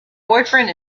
boyfriend